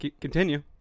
continue